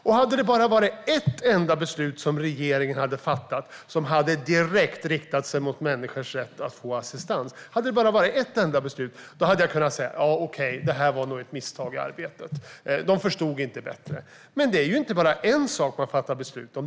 Om det bara hade varit ett enda beslut som regeringen hade fattat som var direkt riktat sig mot människors rätt att få assistans hade jag kunnat säga: Okej, det här var nog ett misstag i arbetet, de förstod inte bättre. Men det är ju inte bara en sak man har fattat beslut om.